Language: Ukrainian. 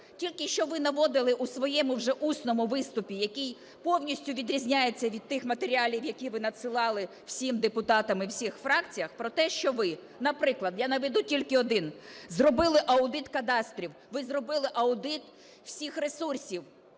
Тільки що ви наводили у своєму вже усному виступі, який повністю відрізняється від тих матеріалів, які ви надсилали всім депутатам і всім фракціям, про те, що ви, наприклад, я наведу тільки один, зробили аудит кадастрів, ви зробили аудит всіх ресурсів.